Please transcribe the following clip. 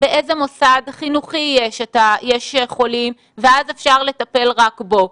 באיזה מוסד חינוכי יש חולים ואז אפשר לטפל רק בו.